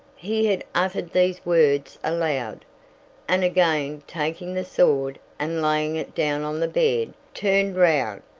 he had uttered these words aloud and again taking the sword, and laying it down on the bed, turned round,